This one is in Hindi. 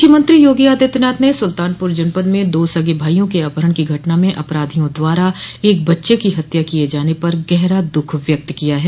मुख्यमंत्री योगी आदित्यनाथ ने सुल्तानपुर जनपद में दो सगे भाइयों के अपहरण की घटना में अपराधियों द्वारा एक बच्चे की हत्या किये जाने पर गहरा दुख व्यक्त किया है